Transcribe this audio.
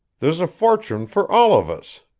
there's a fortune for all of us.